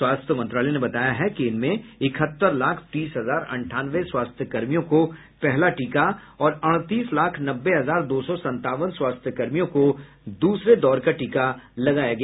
स्वास्थ्य मंत्रालय ने बताया है कि इनमें इकहत्तर लाख तीस हजार अंठानवे स्वास्थ्य कर्मियों को पहला टीका और अड़तीस लाख नब्बे हजार दो सौ संतावन स्वास्थ्य कर्मियों को दूसरे दौर का टीका लगाया गया